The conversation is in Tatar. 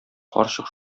карчык